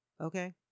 Okay